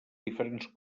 diferents